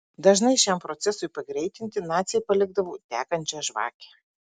dažnai šiam procesui pagreitinti naciai palikdavo degančią žvakę